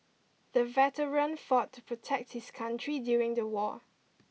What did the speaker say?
the veteran fought to protect his country during the war